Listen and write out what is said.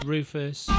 Rufus